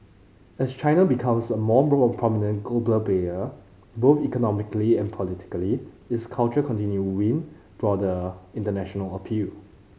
as China becomes a more prominent global player both economically and politically its culture continue win broader international appeal